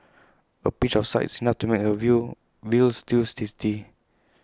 A pinch of salt is enough to make A veal Veal Stew tasty